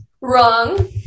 wrong